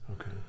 Okay